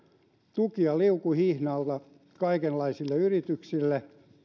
tukia liukuhihnalta kaikenlaisille yrityksille